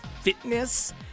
Fitness